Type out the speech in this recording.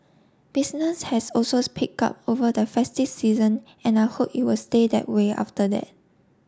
business has also picked up over the festive season and I hope you will stay that way after that